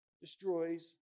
destroys